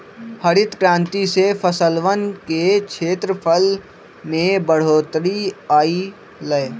हरित क्रांति से फसलवन के क्षेत्रफल में बढ़ोतरी अई लय